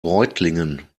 reutlingen